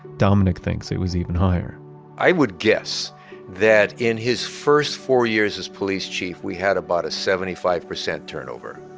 dominick thinks it was even higher i would guess that in his first four years as police chief, we had about a seventy five percent turnover.